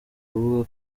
kuvuga